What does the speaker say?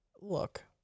Look